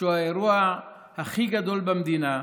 שהוא האירוע הכי גדול במדינה,